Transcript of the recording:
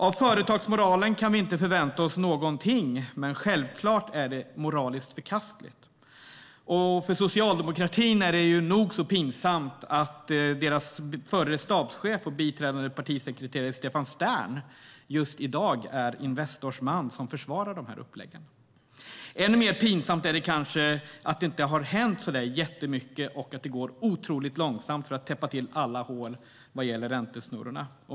Av företagsmoralen kan vi inte förvänta oss någonting, men självklart är det moraliskt förkastligt. För socialdemokratin är det nog så pinsamt att deras förre stabschef och biträdande partisekreterare Stefan Stern i dag är Investors man och försvarar dessa upplägg. Ännu mer pinsamt är det kanske att det inte har hänt särskilt mycket och att det går otroligt långsamt att täppa alla hål vad gäller räntesnurrorna.